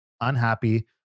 unhappy